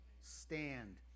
stand